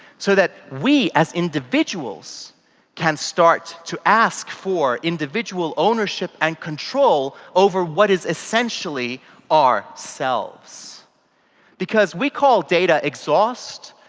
so that we as individuals can start to ask for individual ownership and control over what is essentially so ourselves. because we call data exhaust,